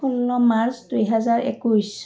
ষোল্ল মাৰ্চ দুহেজাৰ একৈছ